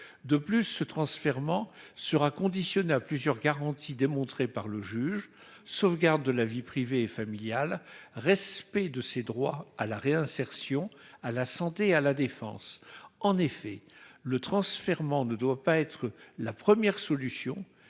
De plus, ce transfèrement sera conditionné à plusieurs garanties démontrées par le juge : sauvegarde de la vie privée et familiale ; respect de ses droits à la réinsertion, à la santé et à la défense. En effet, le transfèrement ne doit pas être la première solution,